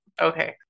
okay